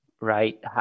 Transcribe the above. right